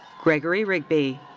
gregory rigby.